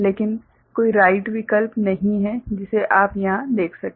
लेकिन कोई राइट विकल्प नहीं है जिसे आप यहां देख सकें